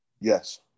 Yes